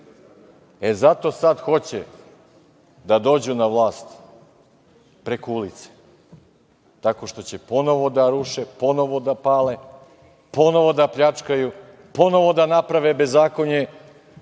Zato sad hoće da dođu na vlast preko ulice, tako što će ponovo da ruše, ponovo da pale, ponovo da pljačkaju, ponovo da naprave bezakonje